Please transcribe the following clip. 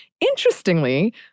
Interestingly